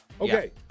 Okay